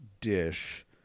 dish